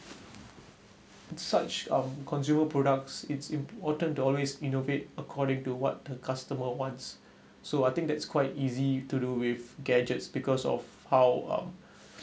such um consumer products it's important to always innovate according to what the customer wants so I think that's quite easy to do with gadgets because of how um